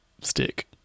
Stick